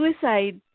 suicide